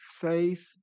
faith